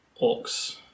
Orcs